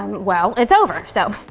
and well, it's over, so,